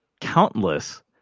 countless